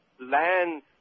land